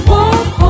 Walk